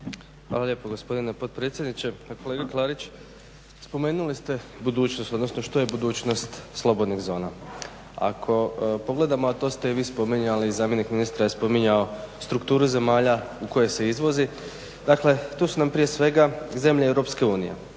Hvala lijepo gospodine potpredsjedniče. Pa kolega Klarić, spomenuli ste budućnost odnosno što je budućnost slobodnih zona. Ako pogledamo a to ste vi spominjali, zamjenik ministra je spominjao strukturu zemalja u koju se izvozi. Dakle, tu su nam prije svega zemlje EU, Italija,